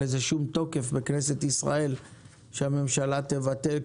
לזה שום תוקף בכנסת ישראל שהממשלה תבטל.